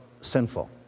sinful